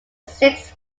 six